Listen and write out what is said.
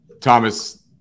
Thomas